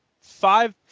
Five